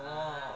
um